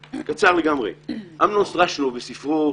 אמנון סטרשנוב בספרו